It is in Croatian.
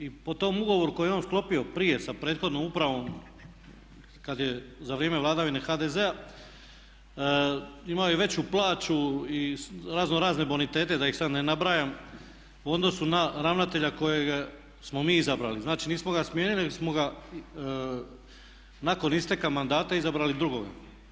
I po tom ugovoru koji je on sklopio prije sa prethodnom upravom kad je za vrijeme vladavine HDZ-a imao i veću plaću i razno razne bonitete da ih sad ne nabrajam u odnosu na ravnatelja kojeg smo mi izabrali, znači nismo ga smijenili nego samo ga nakon isteka mandata izabrali drugoga.